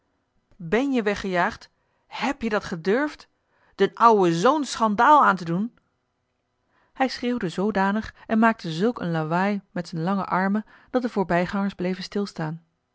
boos bèn je weggejaagd hèb je dat gedurfd d'n ouwe zoo'n schandaal aan te doen hij schreeuwde zoodanig en maakte zulk een lawaai met z'n lange armen dat de voorbijgangers bleven stilstaan